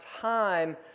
time